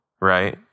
right